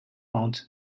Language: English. owned